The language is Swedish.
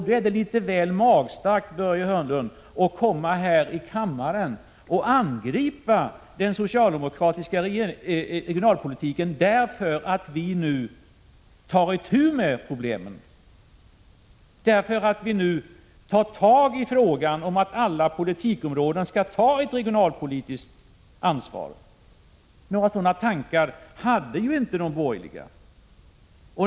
Då är det litet väl magstarkt, Börje Hörnlund, att komma här i riksdagen och angripa den socialdemokratiska regionalpolitiken därför att vi nu tar itu med problemen och tar tag i frågan om att alla politikområden skall känna regionalpolitiskt ansvar. Några sådana tankar hade ju inte de borgerliga.